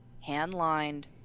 hand-lined